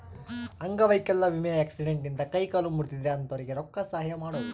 ಅಂಗವೈಕಲ್ಯ ವಿಮೆ ಆಕ್ಸಿಡೆಂಟ್ ಇಂದ ಕೈ ಕಾಲು ಮುರ್ದಿದ್ರೆ ಅಂತೊರ್ಗೆ ರೊಕ್ಕ ಸಹಾಯ ಮಾಡೋದು